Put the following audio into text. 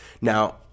Now